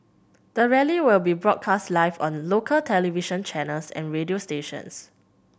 the rally will be broadcast live on local television channels and radio stations